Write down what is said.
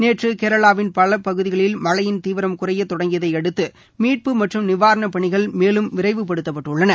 நேற்று கேரளாவின் பகுதிகளில் மழையின் தீவிரம் குறையத் தொடங்கியதை அடுத்து மீட்பு மற்றம் நிவாரண பணிகள் மேலும் விரைவுப்படுத்தப்பட்டுள்ளன